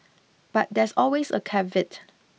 but there's always a caveat